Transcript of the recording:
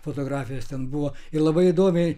fotografijos ten buvo ir labai įdomiai